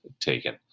taken